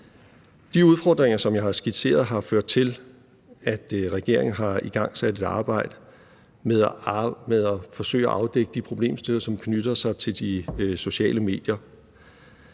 De udfordringer, som jeg har skitseret, har ført til, at regeringen har igangsat et arbejde med at forsøge at afdække de problemstillinger, som knytter sig til de sociale medier.